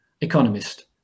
economist